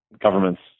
government's